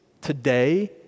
today